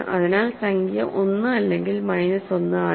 അതിനാൽ സംഖ്യ 1 അല്ലെങ്കിൽ മൈനസ് 1 ആണ്